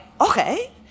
okay